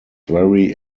very